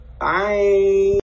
Bye